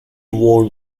worn